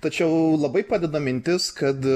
tačiau labai padeda mintis kad